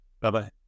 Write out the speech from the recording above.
Bye-bye